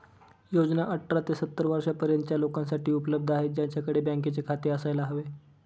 योजना अठरा ते सत्तर वर्षा पर्यंतच्या लोकांसाठी उपलब्ध आहे, त्यांच्याकडे बँकेचे खाते असायला हवे